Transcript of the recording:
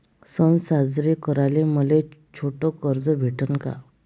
सन साजरे कराले मले छोट कर्ज भेटन का?